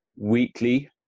weekly